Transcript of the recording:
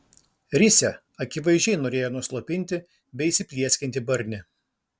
risia akivaizdžiai norėjo nuslopinti beįsiplieskiantį barnį